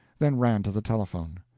then ran to the telephone.